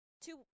two